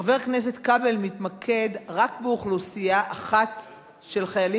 חבר הכנסת כבל מתמקד רק באוכלוסייה אחת של חיילים